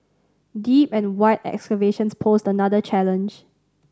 deep and wide excavations posed another challenge